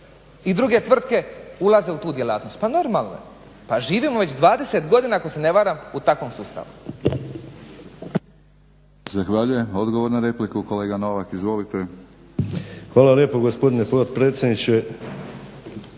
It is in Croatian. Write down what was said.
i druge tvrtke ulaze u tu djelatnost. Pa normalno, pa živimo već 20 godina ako se ne varam u takvom sustavu.